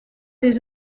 des